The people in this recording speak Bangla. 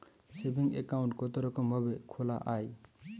সেভিং একাউন্ট কতরকম ভাবে খোলা য়ায়?